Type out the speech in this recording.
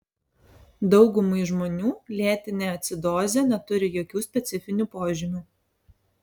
daugumai žmonių lėtinė acidozė neturi jokių specifinių požymių